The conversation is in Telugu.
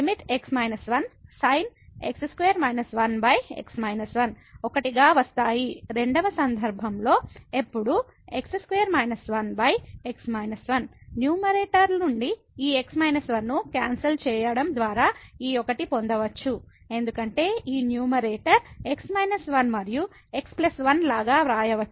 కాబట్టి x1sin x2 −1 x−1 1 గా వస్తాయి రెండవ సందర్భంలో ఎప్పుడు x2 −1 x−1 న్యూమరేటర్ నుండి ఈ x 1 ను క్యాన్సల్చేయడం ద్వారా ఈ 1 పొందవచ్చు ఎందుకంటే ఈ న్యూమరేటర్ x 1 మరియు x 1 లాగా వ్రాయవచ్చు